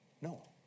No